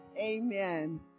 Amen